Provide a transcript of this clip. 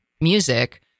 music